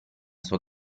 sua